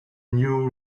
new